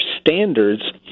standards